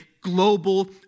global